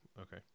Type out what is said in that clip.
Okay